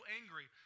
angry